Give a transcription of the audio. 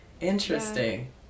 Interesting